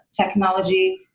technology